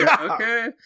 okay